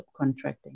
subcontracting